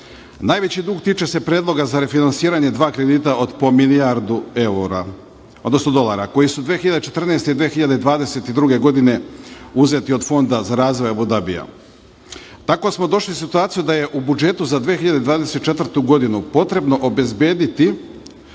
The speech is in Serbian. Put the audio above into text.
Najveći dug tiče se Predloga za refinansiranje dva kredita od po milijardu dolara, koji su 2014. i 2022. godine uzeti od Fonda za razvoj Abu Dabija. Tako smo došli u situaciju da je u budžetu za 2024. godinu potrebno obezbediti